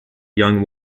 young